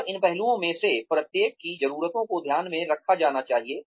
और इन पहलुओं में से प्रत्येक की जरूरतों को ध्यान में रखा जाना चाहिए